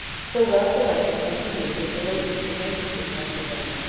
so well selected as he knew that the late mr jenkyns's must have been,